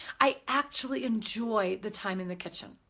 i actually enjoy the time in the kitchen.